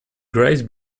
grace